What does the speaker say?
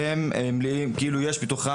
אז הקריאות הן כאלה: "ברוח,